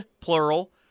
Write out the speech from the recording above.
plural